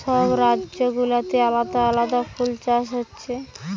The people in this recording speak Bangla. সব রাজ্য গুলাতে আলাদা আলাদা ফুল চাষ হচ্ছে